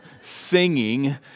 singing